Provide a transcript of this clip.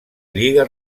lliga